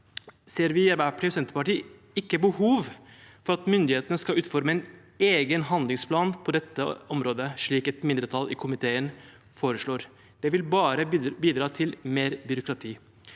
Senterpartiet behov for at myndighetene skal utforme en egen handlingsplan på dette området, slik et mindretall i komiteen foreslår. Det vil bare bidra til mer byråkrati.